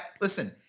listen